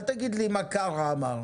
אל תגיד לי מה קארה אמר.